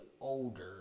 older